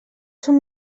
som